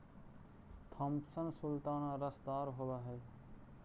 Thompson sultana रसदार होब हई